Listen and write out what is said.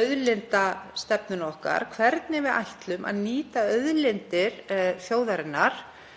auðlindastefnu okkar, hvernig við ætlum að nýta auðlindir þjóðarinnar